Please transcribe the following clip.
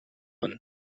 one